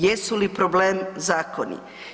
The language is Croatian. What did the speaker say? Jesu li problem zakoni?